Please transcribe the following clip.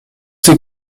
ses